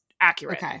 accurate